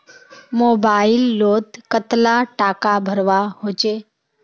Mobile लोत कतला टाका भरवा होचे?